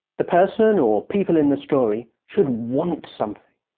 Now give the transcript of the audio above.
the person or people in the story should want something.